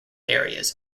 areas